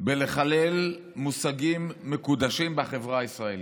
בחילול מושגים מקודשים בחברה הישראלית.